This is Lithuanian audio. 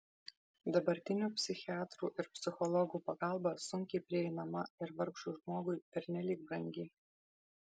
dabartinių psichiatrų ir psichologų pagalba sunkiai prieinama ir vargšui žmogui pernelyg brangi